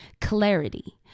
clarity